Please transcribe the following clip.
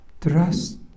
trust